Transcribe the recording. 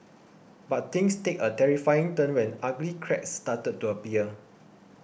but things take a terrifying turn when ugly cracks started to appear